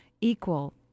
equal